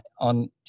on